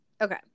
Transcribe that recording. okay